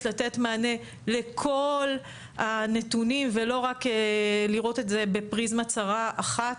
לתת מענה לכל הנתונים ולא רק לראות את זה בפריזמה צרה אחת.